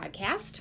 Podcast